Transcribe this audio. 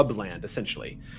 essentially